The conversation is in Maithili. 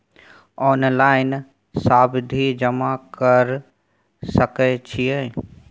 ऑनलाइन सावधि जमा कर सके छिये?